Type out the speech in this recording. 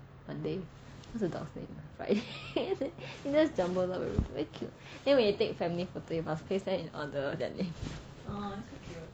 monday what's the dog's name friday it's just jumbled up very cute then when you take family photo together you place them on under their name